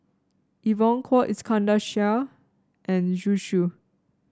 Evon Kow Iskandar Shah and Zhu Xu